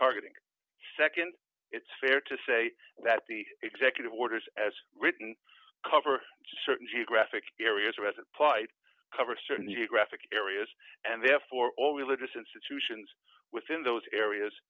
targeting nd it's fair to say that the executive orders as written cover certain geographic areas are red light cover certain new graphic areas and therefore all religious institutions within those areas